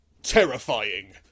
Terrifying